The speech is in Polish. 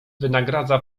wynagradza